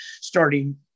starting